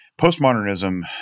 postmodernism